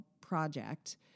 project